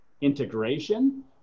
integration